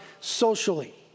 socially